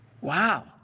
Wow